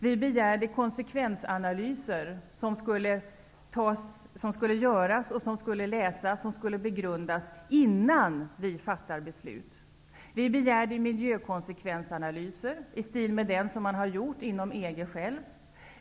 Vi begärde konsekvensanalyser som skulle göras, läsas och begrundas innan vi fattar beslut. Vi begärde miljökonsekvensanalyser i stil med den som EG själv har gjort.